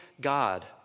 God